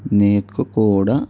నీకు కూడా